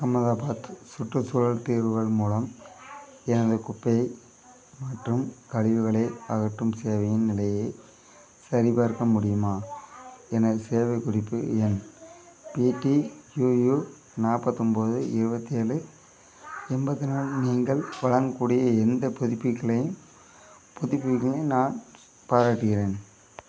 அகமதாபாத் சுற்றுச்சூழல் தீர்வுகள் மூலம் எனது குப்பை மற்றும் கழிவுகளை அகற்றும் சேவையின் நிலையை சரிபார்க்க முடியுமா எனது சேவைக் குறிப்பு எண் பிடியூயூ நாப்பத்தொம்பது இருவத்தேழு எண்பத்தி நாலு நீங்கள் வழங்கக்கூடிய எந்தப் புதுப்பிக்களையும் புதுப்பிப்புகளையும் நான் பாராட்டுகிறேன்